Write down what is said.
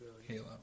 Halo